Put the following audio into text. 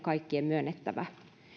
kaikkien on myönnettävä